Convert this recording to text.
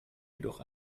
jedoch